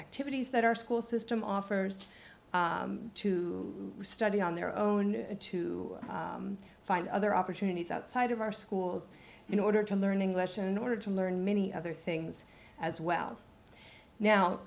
activities that our school system offers to study on their own to find other opportunities outside of our schools in order to learn english in order to learn many other things as well now